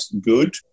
good